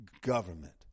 government